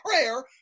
prayer